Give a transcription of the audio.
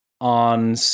on